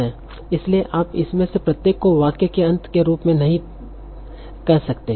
इसलिए आप इसमें से प्रत्येक को वाक्य के अंत के रूप में नहीं कह सकते